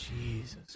jesus